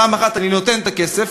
מצד אחד אני נותן את הכסף,